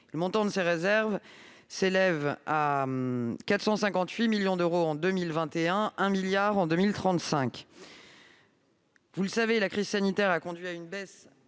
Le montant de ses réserves s'élèvera à 458 millions d'euros en 2021, et à 1 milliard d'euros en 2035. Vous le savez, la crise sanitaire a entraîné une baisse